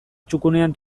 txukunean